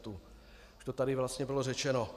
Už to tady vlastně bylo řečeno.